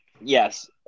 Yes